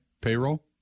Payroll